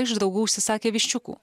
iš draugų užsisakė viščiukų